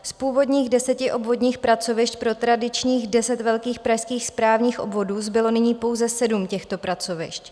Z původních deseti obvodních pracovišť pro tradičních deset velkých pražských správních obvodů zbylo nyní pouze sedm těchto pracovišť.